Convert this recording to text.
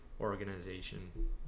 organization